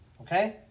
okay